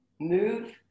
move